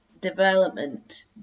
development